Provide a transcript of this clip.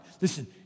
Listen